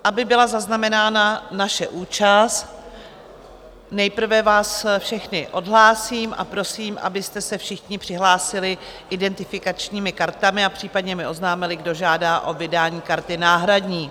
Aby byla zaznamenána naše účast, nejprve vás všechny odhlásím a prosím, abyste se všichni přihlásili identifikačními kartami a případně mi oznámili, kdo žádá o vydání karty náhradní.